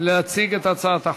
להציג את הצעת החוק.